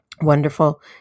Wonderful